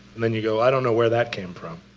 and then you go, i don't know where that came from.